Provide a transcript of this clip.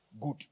good